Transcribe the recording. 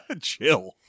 Chill